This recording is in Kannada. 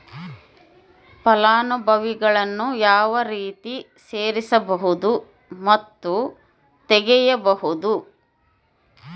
ಫಲಾನುಭವಿಗಳನ್ನು ಯಾವ ರೇತಿ ಸೇರಿಸಬಹುದು ಮತ್ತು ತೆಗೆಯಬಹುದು?